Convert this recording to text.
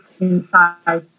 inside